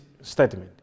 statement